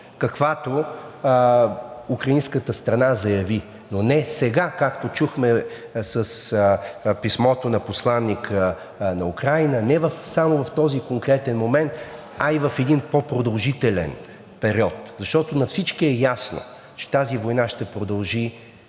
каквато украинската страна заяви, но не сега, както чухме с писмото на посланика на Украйна и не само в този конкретен момент, а и в един по-продължителен период, защото на всички е ясно, че тази война ще продължи